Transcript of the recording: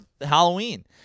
Halloween